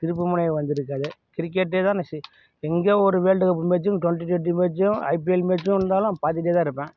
திருப்புமுனை வந்திருக்காது கிரிக்கெட்டே தான் நசி எங்கேயோ ஒரு வேர்ல்டு மேட்ச்சும் ட்வெண்ட்டி ட்வெண்ட்டி மேட்ச்சும் ஐபிஎல் மேட்ச்சும் இருந்தாலும் பார்த்துட்டே தான் இருப்பேன்